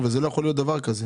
שלא יכול להיות דבר כזה.